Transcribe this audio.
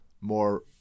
more